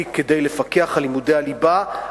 מספיק כדי לפקח על לימודי הליבה.